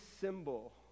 symbol